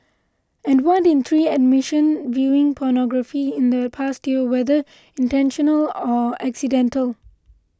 and one in three admission viewing pornography in the past year whether intentional or accidental